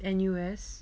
N_U_S